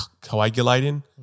coagulating